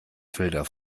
felder